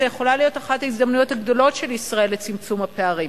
זו יכולה להיות אחת ההזדמנויות הגדולות של ישראל לצמצום הפערים.